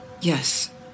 yes